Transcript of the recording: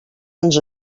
ens